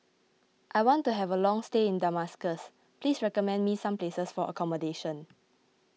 I want to have a long stay in Damascus please recommend me some places for accommodation